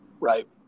right